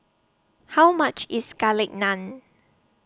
How much IS Garlic Naan